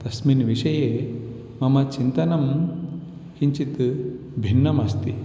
तस्मिन् विषये मम चिन्तनं किञ्चित् भिन्नमस्ति